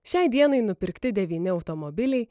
šiai dienai nupirkti devyni automobiliai